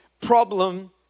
problem